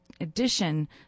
addition